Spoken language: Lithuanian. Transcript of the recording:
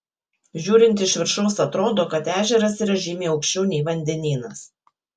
žiūrint iš viršaus atrodo kad ežeras yra žymiai aukščiau nei vandenynas